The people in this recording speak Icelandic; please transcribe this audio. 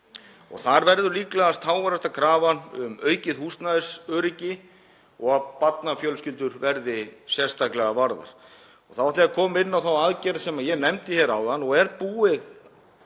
Þar verður líklegast háværasta krafan um aukið húsnæðisöryggi og að barnafjölskyldur verði sérstaklega varðar. Þá ætla ég koma inn á þá aðgerð sem ég nefndi hér áðan og er nú